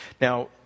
Now